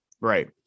Right